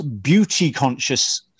beauty-conscious